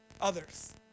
others